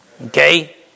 Okay